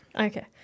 Okay